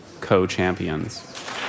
co-champions